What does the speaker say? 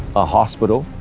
a hospital,